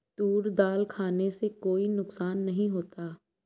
तूर दाल खाने से कोई नुकसान नहीं होता